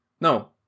no